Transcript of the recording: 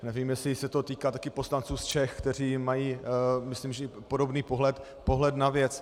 Nevím, jestli se to týká taky poslanců z Čech, kteří mají myslím podobný pohled na věc.